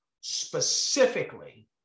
specifically